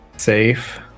safe